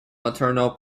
maternal